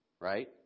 right